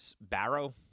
Barrow